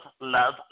love